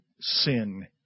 sin